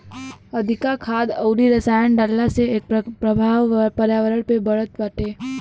अधिका खाद अउरी रसायन डालला से एकर प्रभाव पर्यावरण पे पड़त बाटे